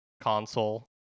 console